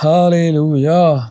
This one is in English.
Hallelujah